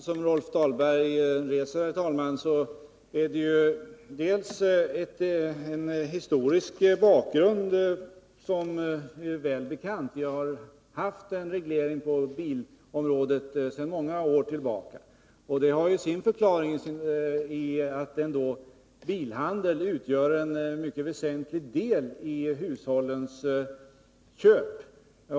Herr talman! På den fråga som Rolf Dahlberg reser vill jag svara: Det handlar delvis om en historisk bakgrund som är välbekant. Vi har haft en reglering på bilområdet sedan många år tillbaka. Det har sin förklaring i att bilköpen utgör en mycket väsentlig del av hushållens köp.